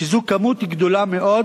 שזו כמות גדולה מאוד